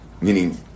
meaning